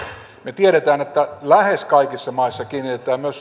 me tiedämme että lähes kaikissa maissa kiinnitetään